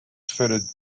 fitted